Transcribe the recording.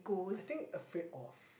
I think afraid of